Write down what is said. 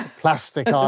Plastic